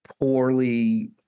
poorly –